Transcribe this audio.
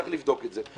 צריך לבדוק את זה,